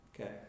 Okay